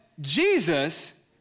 Jesus